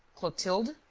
clotilde?